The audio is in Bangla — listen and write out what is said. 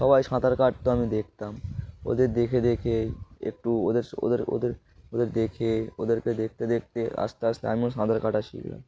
সবাই সাঁতার কা তো আমি দেখতাম ওদের দেখে দেখে একটু ওদের ওদের ওদের ওদের দেখে ওদেরকে দেখতে দেখতে আস্তে আস্তে আমিও সাঁতার কাটা শিখলাম